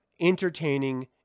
entertaining